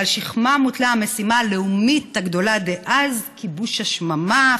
שעל שכמם הוטלה המשימה הלאומית הגדולה דאז: כיבוש השממה,